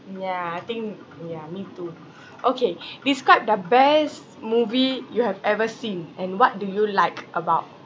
ya I think ya me too okay describe the best movie you have ever seen and what do you like about